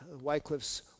Wycliffe's